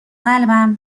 قلبم